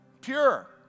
pure